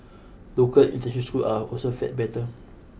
local international schools are also fared better